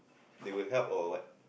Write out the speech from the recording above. they will help or what